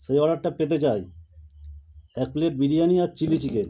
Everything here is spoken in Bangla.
সে অর্ডারটা পেতে চাই এক প্লেট বিরিয়ানি আর চিলি চিকেন